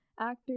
actor